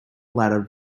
ladder